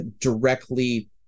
directly